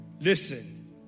Listen